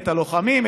את הלוחמים,